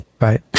Right